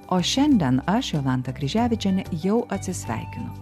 o šiandien aš jolanta kryževičienė jau atsisveikinu